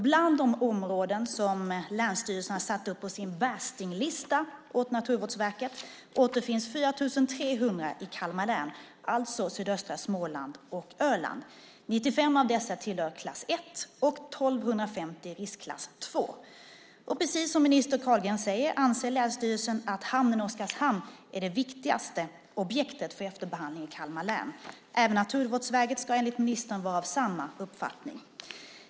Bland de områden som länsstyrelserna satt upp på sin värstinglista åt Naturvårdsverket återfinns 4 300 i Kalmar län, alltså sydöstra Småland och Öland. 95 av dessa tillhör riskklass 1 och 1 250 riskklass 2. Precis som minister Andreas Carlgren säger anser länsstyrelsen att hamnen i Oskarshamn är det viktigaste objektet för efterbehandling i Kalmar län. Även Naturvårdsverket ska enligt ministern vara av samma uppfattning.